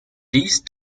these